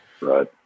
Right